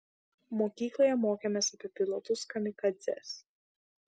mokykloje mokėmės apie pilotus kamikadzes